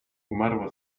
umarła